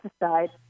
aside